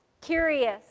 curious